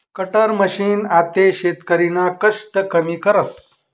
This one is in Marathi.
कटर मशीन आते शेतकरीना कष्ट कमी करस